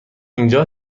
اینجا